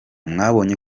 mwabonye